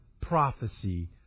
prophecy